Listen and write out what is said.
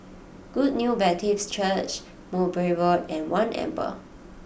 Good News Baptist Church Mowbray Road and One Amber